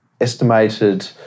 Estimated